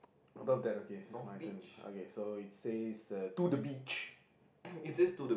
above that okay it's my turn okay so it says that to the beach